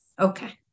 Okay